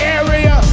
area